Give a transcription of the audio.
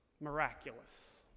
Miraculous